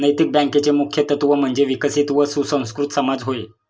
नैतिक बँकेचे मुख्य तत्त्व म्हणजे विकसित व सुसंस्कृत समाज होय